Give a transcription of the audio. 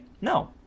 no